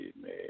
man